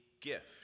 gift